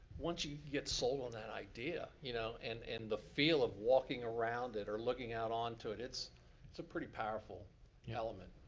once you even get sold on that idea. you know and and the feel of walking around it or looking out onto it. it's it's a pretty powerful yeah element.